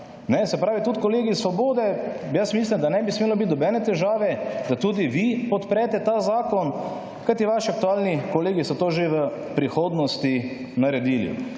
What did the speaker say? Se pravi tudi kolegi iz Svobode, jaz mislim, da ne bi smelo biti nobene težave, da tudi vi podprete te zakon, kajti vaši aktualni kolegi so to že v prihodnosti naredili.